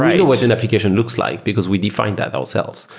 and what an application looks like, because we define that ourselves.